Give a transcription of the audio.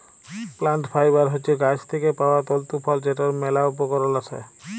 plant fibre হছে গাহাচ থ্যাইকে পাউয়া তল্তু ফল যেটর ম্যালা উপকরল আসে